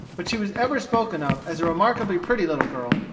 but she was ever spoken of as a remarkably pretty little girl,